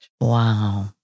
Wow